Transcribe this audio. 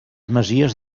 masies